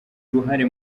uruhare